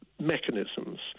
mechanisms